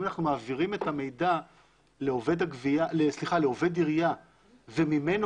אם אנחנו מעבירים את המידע לעובד עירייה וממנו